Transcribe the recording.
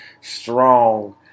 strong